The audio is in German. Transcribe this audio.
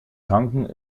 tanken